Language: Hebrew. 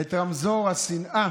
את רמזור השנאה